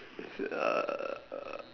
it's uh